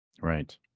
Right